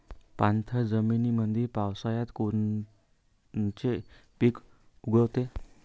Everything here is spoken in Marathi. पाणथळ जमीनीमंदी पावसाळ्यात कोनचे पिक उगवते?